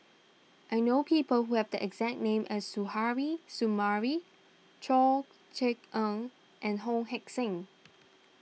I know people who have the exact name as Suzairhe Sumari Chor Yeok Eng and Wong Heck Sing